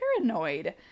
paranoid